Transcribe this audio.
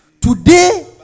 Today